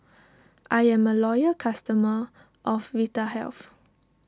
I'm a loyal customer of Vitahealth